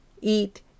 eat